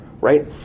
right